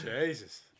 Jesus